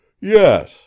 Yes